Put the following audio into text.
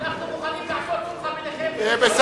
אנחנו מוכנים לעשות סולחה ביניכם.